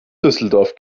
düsseldorf